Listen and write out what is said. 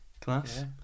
Class